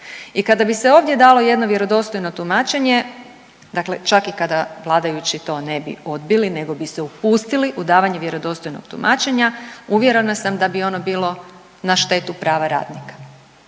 I kada bi se ovdje dalo jedno vjerodostojno tumačenje, dakle čak i kada vladajući to ne bi odbili nego bi se upustili u davanje vjerodostojnog tumačenja, uvjerena sam da bi ono bilo na štetu prava radnika.